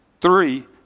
Three